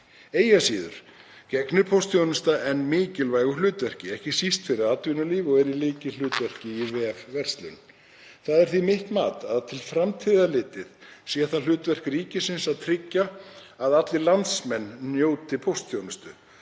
Eigi að síður gegnir póstþjónusta enn mikilvægu hlutverki, ekki síst fyrir atvinnulíf, og er í lykilhlutverki í vefverslun. Það er því mitt mat að til framtíðar litið sé það hlutverk ríkisins að tryggja að allir landsmenn njóti póstþjónustu.